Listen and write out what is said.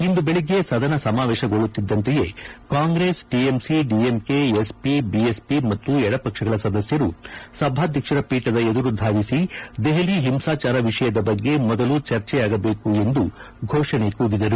ಇಂದು ಬೆಳಗ್ಗೆ ಸದನ ಸಮಾವೇಶಗೊಳ್ಳುತ್ತಿದ್ದಂತೆಯೇ Congress TMC DMK SP BSP ಮತ್ತು ಎಡಪಕ್ಷಗಳ ಸದಸ್ಯರು ಸಭಾಧ್ಯಕ್ಷರ ಪೀಠದ ಎದುರು ಧಾವಿಸಿ ದೆಹಲಿ ಹಿಂಸಾಚಾರ ವಿಷಯದ ಬಗ್ಗೆ ಮೊದಲು ಚರ್ಚೆಯಾಗಬೇಕು ಎಂದು ಘೋಷಣೆ ಕೂಗಿದರು